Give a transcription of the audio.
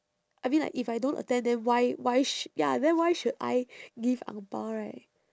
I mean like if I don't attend then why why sh~ ya then why should I give ang bao right